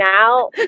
now